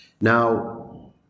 Now